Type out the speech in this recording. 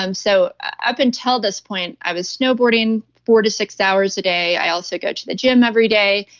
um so up until this point, i was snowboarding four to six hours a day. i also go to the gym every day,